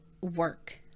work